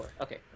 Okay